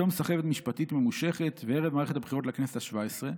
בתום סחבת משפטית ממושכת וערב מערכת הבחירות לכנסת השבע-עשרה,